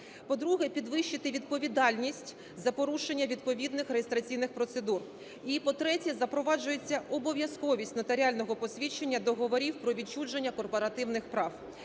По-друге, підвищити відповідальність за порушення відповідних реєстраційних процедур. І, по-третє, запроваджується обов'язковість нотаріального посвідчення договорів про відчуження корпоративних прав.